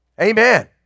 Amen